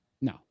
No